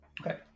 Okay